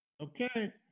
Okay